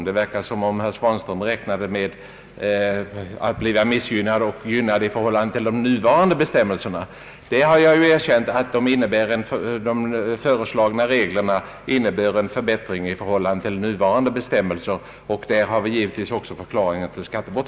Det förslag som herr Tistad lägger fram i dag och som går ut på att man skall räkna med 1700 mil varav 600 privat, är mycket sämre underbyggt än det som propositionen innehåller och som har tillstyrkts av bevillningsutskottet.